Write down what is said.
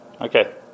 Okay